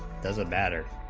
doesn't matter